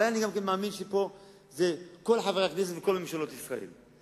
אני גם מאמין שכל חברי הכנסת וכל ממשלות ישראל,